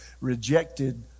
rejected